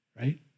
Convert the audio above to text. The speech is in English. right